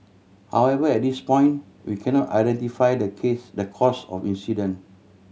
however at this point we cannot identify the case the cause of incident